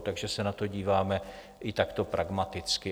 Takže se na to díváme takto pragmaticky.